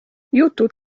jutud